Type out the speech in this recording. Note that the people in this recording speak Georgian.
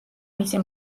მისი